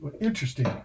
Interesting